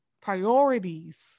priorities